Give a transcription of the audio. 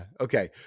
Okay